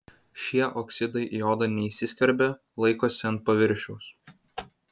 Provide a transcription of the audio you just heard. šie oksidai į odą neįsiskverbia laikosi ant paviršiaus